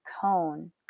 cone